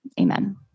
amen